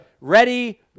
Ready